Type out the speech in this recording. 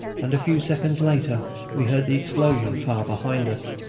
and a few seconds later we heard the explosion far behind us.